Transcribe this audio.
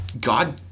God